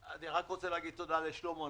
אני רק רוצה להגיד תודה לשלמה.